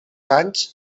anys